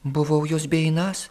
buvau jos beeinąs